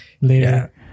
later